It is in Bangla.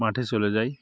মাঠে চলে যাই